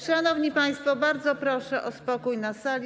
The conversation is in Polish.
Szanowni państwo, bardzo proszę o spokój na sali.